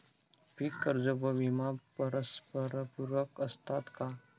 पीक कर्ज व विमा परस्परपूरक असतात का?